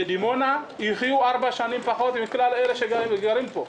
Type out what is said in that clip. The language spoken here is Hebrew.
בדימונה יחיו ארבע שנים פחות מאלה שגרים פה.